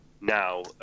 now